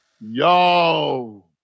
Yo